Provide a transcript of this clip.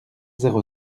zéro